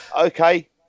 okay